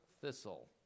thistle